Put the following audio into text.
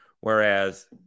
Whereas